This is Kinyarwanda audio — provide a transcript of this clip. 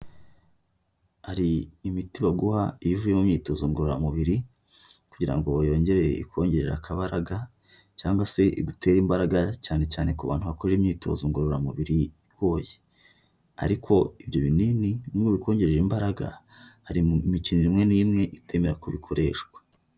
Hari imiti baguha iyo uvuye mu myitozo ngororamubiri kugira ngo yongere ikongerere akabaraga, cyangwa se igutere imbaraga cyane cyane ku bantu bakora imyitozo ngororamubiri igoye. Ariko ibyo binini nubwo bikongerera imbaraga hari imikino imwe n'imwe itemera ko bikoreshwa.